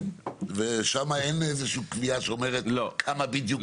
ושם אין איזושהי קביעה שאומרת כמה בדיוק הבלאי?